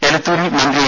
എലത്തൂരിൽ മന്ത്രി എ